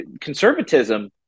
conservatism